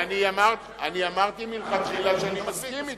אבל אני אמרתי מלכתחילה שאני מסכים אתך.